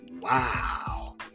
Wow